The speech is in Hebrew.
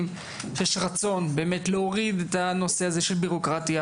שיש רצון להוריד הנושא של הביורוקרטיה,